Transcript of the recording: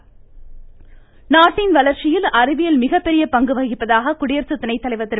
வெங்கைய நாயுடு நாட்டின் வளர்ச்சியில் அறிவியல் மிகப்பெரிய பங்கு வகிப்பதாக குடியரசு துணை தலைவர் திரு